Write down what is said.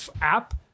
app